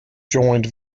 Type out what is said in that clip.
joined